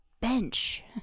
bench